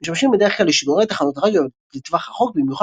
משמשים בדרך כלל לשידורי תחנות רדיו לטווח רחוק במיוחד